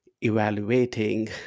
evaluating